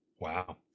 Wow